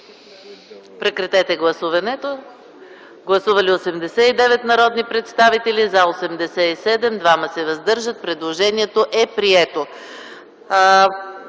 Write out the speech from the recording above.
Прекратете гласуването! Гласували 69 народни представители: за 62, против 6, въздържал се 1. Предложението е прието.